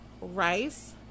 rice